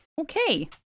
Okay